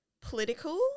political